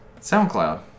SoundCloud